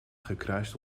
gekruist